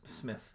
smith